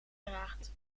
draagt